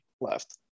left